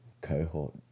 cohort